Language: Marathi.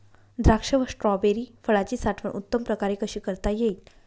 द्राक्ष व स्ट्रॉबेरी फळाची साठवण उत्तम प्रकारे कशी करता येईल?